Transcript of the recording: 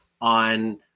on